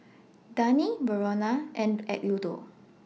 Dagny Verona and Eduardo